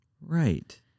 right